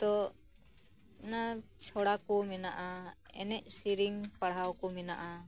ᱛᱚ ᱚᱱᱟ ᱪᱷᱚᱲᱟ ᱠᱚ ᱢᱮᱱᱟᱜᱼᱟ ᱮᱱᱮᱡ ᱥᱮᱨᱮᱧ ᱯᱟᱲᱦᱟᱣ ᱠᱚ ᱢᱮᱱᱟᱜᱼᱟ